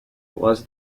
was